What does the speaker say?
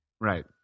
Right